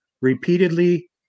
repeatedly